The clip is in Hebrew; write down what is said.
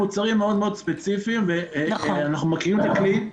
מוצרים מאוד ספציפיים ואנחנו מכירים את הכלי.